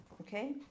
okay